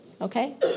Okay